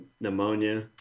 pneumonia